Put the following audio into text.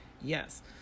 yes